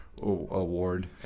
award